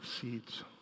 seeds